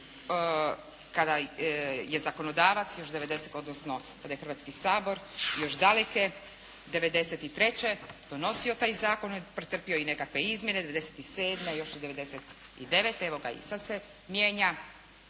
kada je zakonodavac, odnosno kada je Hrvatski sabor još daleke 93. donosio taj zakon, on je pretrpio i nekakve izmjene 97. još i 99. evo ga i sada se mijenja,